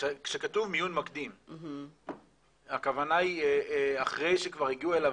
כשכתוב מיון מקדים הכוונה היא אחרי שכבר הגיעו אליו